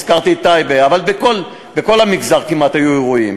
הזכרתי את טייבה, אבל בכל המגזר כמעט היו אירועים,